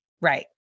right